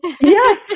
Yes